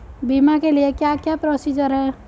बीमा के लिए क्या क्या प्रोसीजर है?